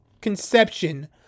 conception